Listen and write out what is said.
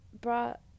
brought